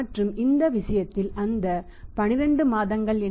மற்றும் இந்த விஷயத்தில் அந்த 12 மாதங்கள் என்ன